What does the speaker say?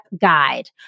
guide